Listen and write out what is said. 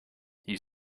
you